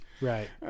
Right